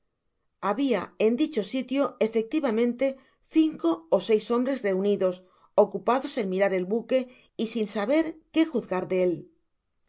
habia en dicho sitio efectivamente cinco ó seis hombres reunidos ocupados en mirar el buque y sin saber qué juzgar de él